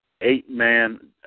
eight-man